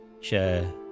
share